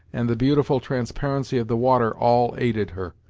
and the beautiful transparency of the water all aided her,